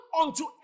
unto